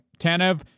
Tanev